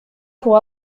pour